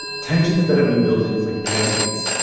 tensions that have been building for decades.